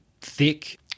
thick